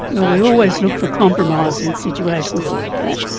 well we always look for compromise in situations like that.